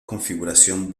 configuración